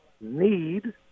need